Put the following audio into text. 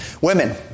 Women